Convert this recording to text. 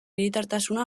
hiritartasuna